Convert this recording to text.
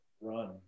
run